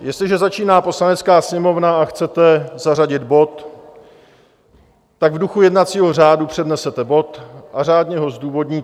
Jestliže začíná Poslanecká sněmovna a chcete zařadit bod, tak v duchu jednacího řádu přednesete bod a řádně ho zdůvodníte.